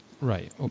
right